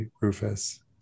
Rufus